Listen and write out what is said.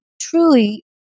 truly